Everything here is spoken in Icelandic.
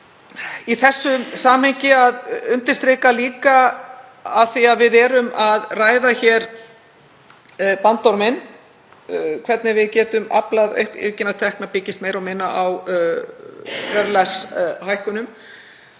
í þessu samhengi að undirstrika, af því að við erum að ræða bandorminn, að það hvernig við getum aflað aukinna tekna byggist meira og minna á verðlagshækkunum.